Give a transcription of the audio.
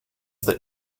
that